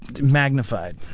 magnified